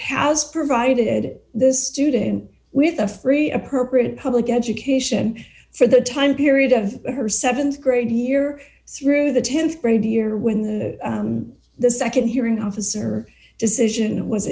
has provided the student with a free appropriate public education for the time period of her th grade year through the th grade year when the the nd hearing officer decision was